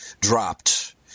dropped